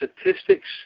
statistics